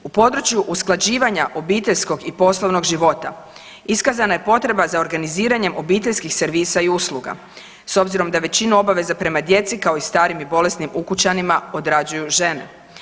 U području usklađivanja obiteljskog i poslovnog života iskazana je potreba za organiziranjem obiteljskih servisa i usluga s obzirom da većinu obaveza prema djeci kao i starim i bolesnim ukućanima odrađuju žene.